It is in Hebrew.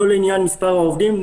לא לעניין מספר העובדים,